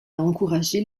encourager